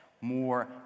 more